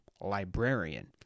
Librarian